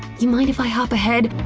you mind if i hop ahead?